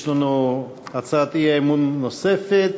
יש לנו הצעת אי-אמון נוספת,